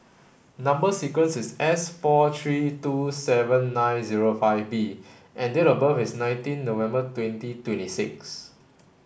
number sequence is S four three two seven nine zero five B and date of birth is nineteen November twenty twenty six